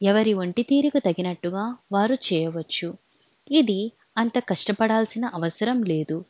ఎవరి ఒంటి తీరికు తగినట్టుగా వారు చేయవచ్చు ఇది అంత కష్టపడాల్సిన అవసరం లేదు